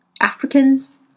Africans